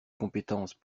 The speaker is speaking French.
compétence